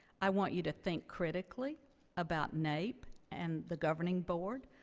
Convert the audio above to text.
i want you to think critically about naep and the governing board,